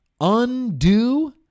undo